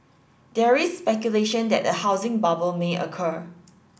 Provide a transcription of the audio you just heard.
there is speculation that a housing bubble may occur